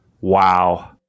Wow